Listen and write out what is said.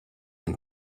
and